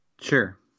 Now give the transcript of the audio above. sure